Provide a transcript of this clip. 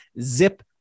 Zip